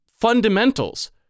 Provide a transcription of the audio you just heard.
fundamentals